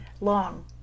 Long